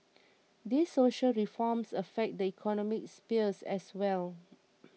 these social reforms affect the economic spheres as well